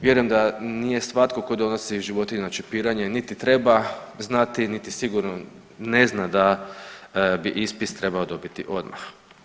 Vjerujem da nije svatko tko donosi životinje na čipiranje niti treba znati niti sigurno ne zna da bi ispis trebao dobiti odmah.